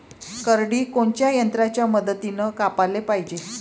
करडी कोनच्या यंत्राच्या मदतीनं कापाले पायजे?